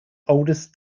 oldest